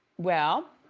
well,